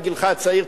בגילך הצעיר,